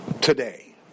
today